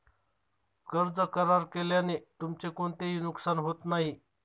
कर्ज करार केल्याने तुमचे कोणतेही नुकसान होत नाही